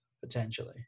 potentially